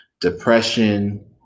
depression